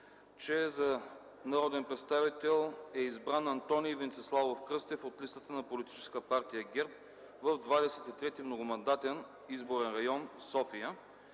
че за народен представител е избран Антоний Венциславов Кръстев от листата на Политическа партия ГЕРБ в 23. многомандатен изборен район – София.